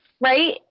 Right